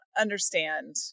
understand